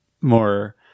more